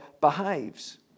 behaves